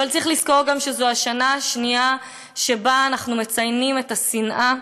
אבל צריך לזכור גם שזו השנה השנייה שבה אנחנו מציינים את השנאה,